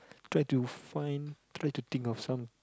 try to find try to think of some